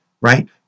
right